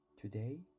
today